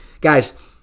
guys